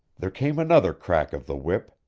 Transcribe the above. there came another crack of the whip,